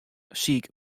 siik